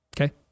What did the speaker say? Okay